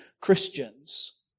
Christians